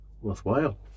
worthwhile